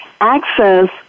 access